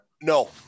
No